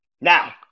Now